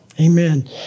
Amen